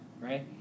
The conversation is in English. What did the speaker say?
right